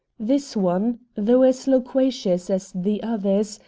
this one, though as loquacious as the others,